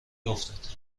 افتاد